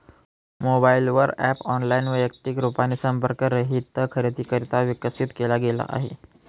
mobile वर app online, वैयक्तिक रूपाने संपर्क रहित खरेदीकरिता विकसित केला गेला आहे